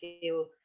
feel